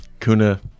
Kuna